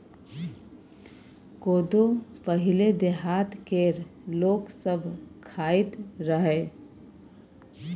कोदो पहिले देहात केर लोक सब खाइत रहय